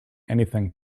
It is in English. anything